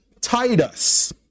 Titus